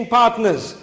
partners